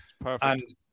Perfect